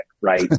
right